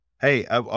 Hey